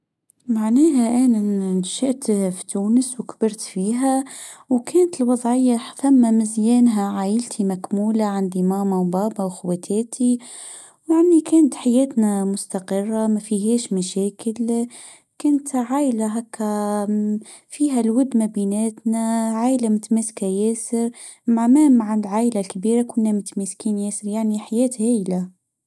معناها أنا نشئت في تونس وكبرت فيها ؛ وكانت الوظعيه ثم مزيانها عائلتي مكموله عندي ماما وبابا وأخواتاتي ، ويعني كنت حياتنا مستقره مفيهاش مشاكل ، كنت عيله هكا فيها الود مبيناتنا عيله متمسكه ياسر مع مع حالعائله الكبيره كنا متمسكين ياسر يعني حياة هايله.